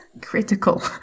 critical